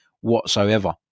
whatsoever